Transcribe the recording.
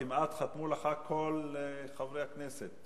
חתמו לך כמעט כל חברי הכנסת,